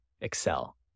excel